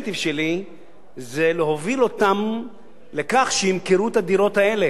זה להוביל אותם לכך שימכרו את הדירות האלה ולא יחזיקו אותן סתם.